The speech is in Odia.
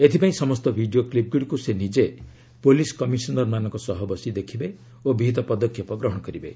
ଏଥିପାଇଁ ସମସ୍ତ ଭିଡ଼ିଓକ୍ଲିପଗୁଡ଼ିକୁ ସେ ନିଜେ ପୁଲିସ୍ କମିଶନରଙ୍କ ସହ ବସି ଦେଖିବେ ଓ ବିହତ ପଦକ୍ଷେପ ନେବେ